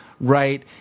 right